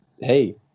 hey